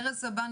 ארז סבן,